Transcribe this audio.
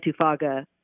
Tufaga